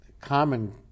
common